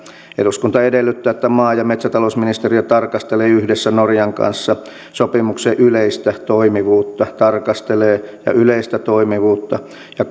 eduskunta edellyttää että maa ja metsätalousministeriö tarkastelee yhdessä norjan kanssa sopimuksen yleistä toimivuutta tarkastelee ja yleistä toimivuutta ja